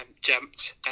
jumped